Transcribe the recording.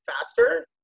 faster